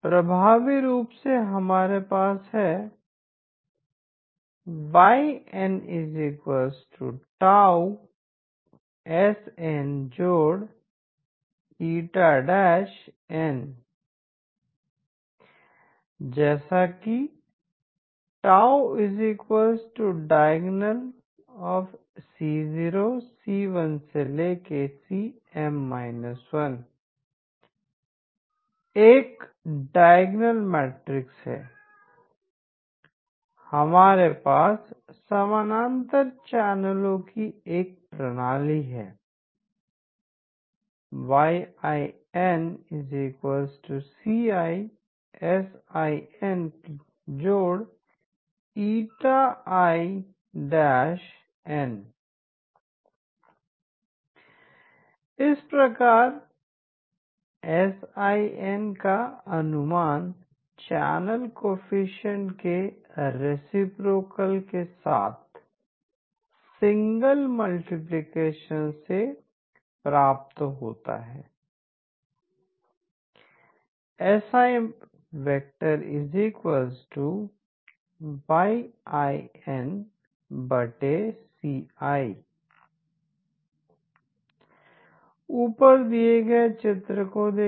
प्रभावी रूप से हमारे पास है Y nΓ snη n जैसा कि diagCoC1 CM 1 एक डायग्नल मैट्रिक्स है हमारे पास समानांतर चैनलों की एक प्रणाली है YinCi Si n in इस प्रकार Si n का अनुमान चैनल कॉएफिशिएंट के रिसिप्रोकल के साथ सिंगल मल्टीप्लिकेशन से प्राप्त होता है SiYinCi ऊपर दिए गए चित्र को देखें